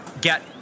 get